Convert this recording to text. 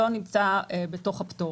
לא נמצא בתוך הפטור.